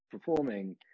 performing